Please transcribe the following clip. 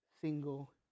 single